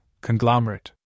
conglomerate